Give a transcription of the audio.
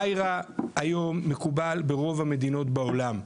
Ayra היום מקובל ברוב המדינות בעולם,